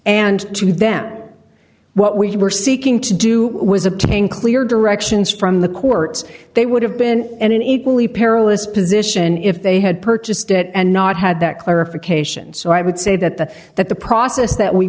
and to them what we were seeking to do was obtain clear directions from the courts they would have been in an equally perilous position if they had purchased it and not had that clarification so i would say that the that the process that we